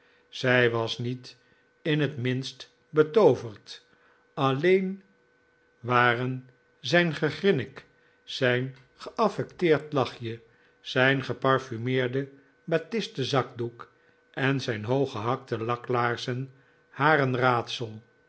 zij was niet in het minst betooverd alleen waren zijn gegrinnik zijn geaffecteerd lachje zijn geparfumeerde batisten zakdoek en zijn hooggehakte laklaarzen haar een raadsel